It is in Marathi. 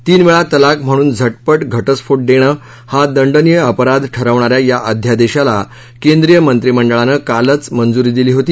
तीन वेळा तलाक म्हणून झाँधाघाँक्को देणं हा दंडनीय अपराध ठरवणा या या अध्यादेशाला केंद्रीय मंत्रिमंडळानं कालच मंजूरी दिली होती